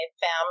family